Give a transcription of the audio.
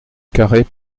carhaix